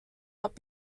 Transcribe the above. not